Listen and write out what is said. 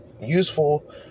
useful